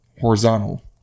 horizontal